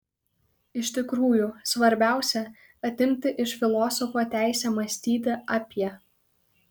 iš tikrųjų svarbiausia atimti iš filosofo teisę mąstyti apie